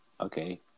okay